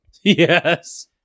Yes